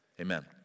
amen